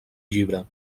llibre